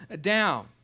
down